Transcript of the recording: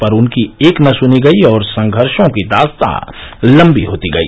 पर उनकी एक न सुनी गई और संघर्षों की दास्ता लंबी होती गई